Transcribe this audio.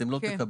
אתם לא תקבלו,